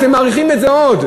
אתם מאריכים את זה עוד.